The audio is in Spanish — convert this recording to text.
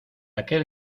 aquel